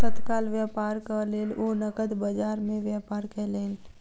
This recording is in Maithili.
तत्काल व्यापारक लेल ओ नकद बजार में व्यापार कयलैन